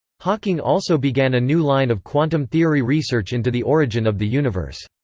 hawking also began a new line of quantum theory research into the origin of the universe.